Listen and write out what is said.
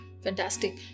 Fantastic